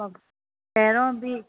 मां पहिरों बि